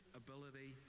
ability